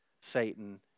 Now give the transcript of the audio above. Satan